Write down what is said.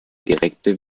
direkte